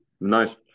Nice